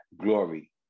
glory